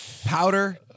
Powder